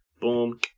Boom